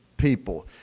People